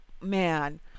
man